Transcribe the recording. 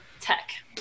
tech